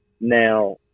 now